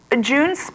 June